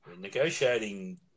negotiating